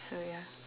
so ya